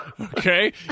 Okay